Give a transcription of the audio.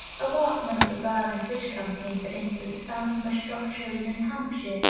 a workman of the berlin bridge company, for instance, fell from a structure in new hampshire,